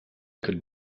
could